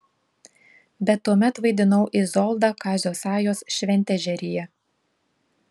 bet tuomet vaidinau izoldą kazio sajos šventežeryje